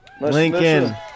Lincoln